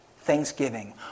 thanksgiving